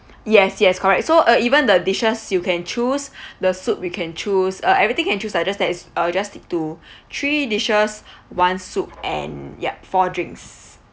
yes yes correct so uh even the dishes you can choose the soup you can choose uh everything can choose lah just that it's uh just stick to three dishes one soup and yup four drinks